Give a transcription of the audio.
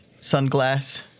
sunglass